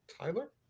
Tyler